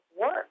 work